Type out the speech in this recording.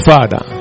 Father